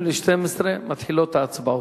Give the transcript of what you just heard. מתחילות ההצבעות.